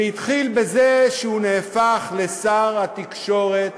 זה התחיל בזה שהוא נהפך לשר התקשורת